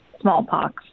smallpox